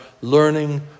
learning